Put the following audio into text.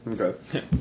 okay